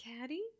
Caddy